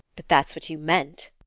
but that's what you meant!